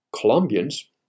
Colombians